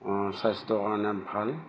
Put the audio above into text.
স্বাস্থ্যৰ কাৰণে ভাল